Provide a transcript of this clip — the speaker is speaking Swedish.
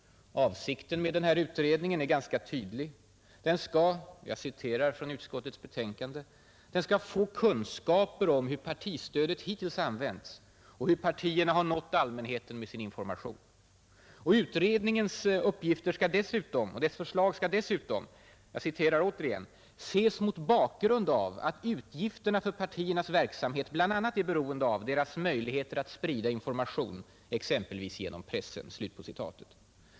Avsikten med den här utredningen är ganska tydlig. Den skall ”få kunskaper om hur partistödet hittills använts och hur partierna nått allmänheten med sin information”. Utredningens förslag skall dessutom ”ses mot bakgrund av att utgifterna för partiernas verksamhet bl.a. är beroende av deras möjligheter att sprida information, exempelvis genom pressen”.